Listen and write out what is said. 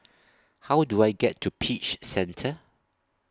How Do I get to Peach Centre